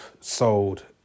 sold